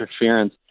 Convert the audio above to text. interference